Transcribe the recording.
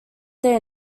their